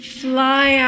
fly